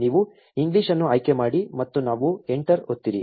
ನೀವು ಇಂಗ್ಲಿಷ್ ಅನ್ನು ಆಯ್ಕೆ ಮಾಡಿ ಮತ್ತು ನಾವು ಎಂಟರ್ ಒತ್ತಿರಿ